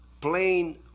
plain